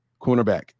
Cornerback